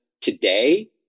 today